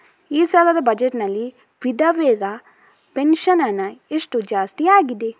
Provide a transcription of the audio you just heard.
ಈ ಸಲದ ಬಜೆಟ್ ನಲ್ಲಿ ವಿಧವೆರ ಪೆನ್ಷನ್ ಹಣ ಎಷ್ಟು ಜಾಸ್ತಿ ಆಗಿದೆ?